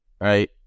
Right